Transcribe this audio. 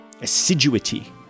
assiduity